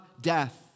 death